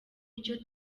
icyo